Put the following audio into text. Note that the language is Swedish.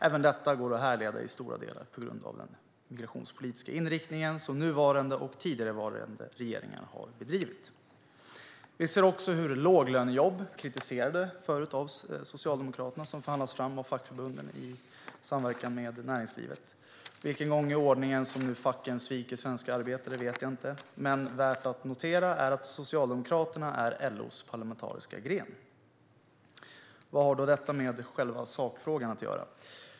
Även detta går till stora delar att härleda till den migrationspolitiska inriktningen som nuvarande och tidigare regeringar har bedrivit. Vi ser också hur låglönejobb - tidigare kritiserat av Socialdemokraterna - har förhandlats fram av fackförbunden i samverkan med näringslivet. Vilken gång i ordningen facken sviker svenska arbetare vet jag inte, men det är värt att notera att Socialdemokraterna är LO:s parlamentariska gren. Vad har då detta med själva sakfrågan att göra?